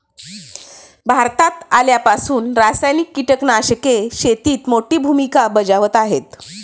भारतात आल्यापासून रासायनिक कीटकनाशके शेतीत मोठी भूमिका बजावत आहेत